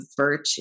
virtue